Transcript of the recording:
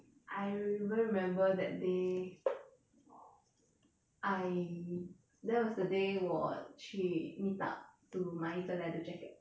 I even remember that day I that was the day 我去 meet up to 买一个 leather jacket